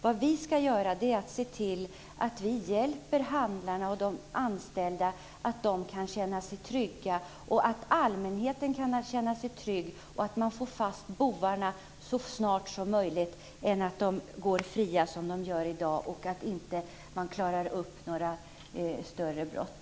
Vad vi skall göra är att hjälpa handlarna och de anställda så att de skall kunna känna sig trygga, så att allmänheten skall kunna känna sig trygg och så att man får fast bovarna så snart som möjligt i stället för att de skall gå fria som de gör i dag, då man inte klarar upp så många större brott.